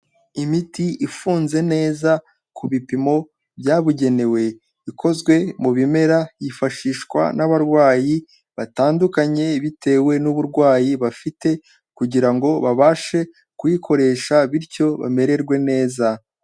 Imiti ifunze neza ku bipimo byabugenewe, ikozwe mu bimera, yifashishwa n'abarwayi batandukanye bitewe n'uburwayi bafite kugira ngo babashe kuyikoresha bityo bamererwe neza.